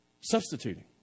substituting